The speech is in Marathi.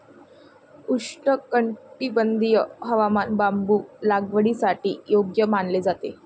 उष्णकटिबंधीय हवामान बांबू लागवडीसाठी योग्य मानले जाते